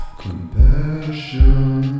compassion